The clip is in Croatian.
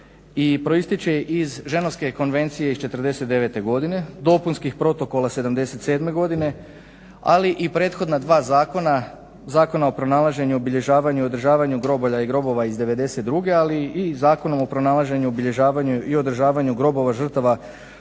i proističe iz Ženevske konvencije iz '49. godine, dopunskih protokola '77., ali i prethodna dva zakona, Zakona o pronalaženju, obilježavanju i održavanju groblja i grobova iz '92., ali i Zakona o pronalaženju, obilježavanju i održavanju grobova žrtava